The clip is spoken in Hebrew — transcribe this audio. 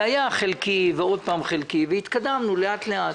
זה היה חלקי, ועוד פעם חלקי, והתקדמנו לאט-לאט.